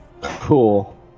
Cool